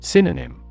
Synonym